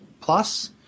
plus